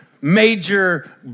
major